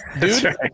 dude